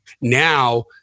Now